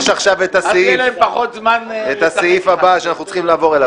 יש עכשיו את הסעיף הבא שאנחנו צריכים לעבור עליו.